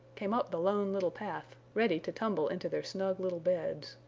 came up the lone little path, ready to tumble into their snug little beds.